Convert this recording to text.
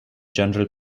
general